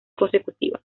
consecutiva